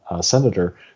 senator